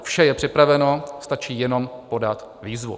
Vše je připraveno, stačí jenom podat výzvu.